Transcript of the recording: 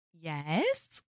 Yes